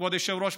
כבוד היושב-ראש,